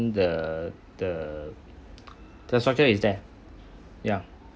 the the the structure is there ya